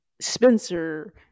Spencer